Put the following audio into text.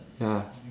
ya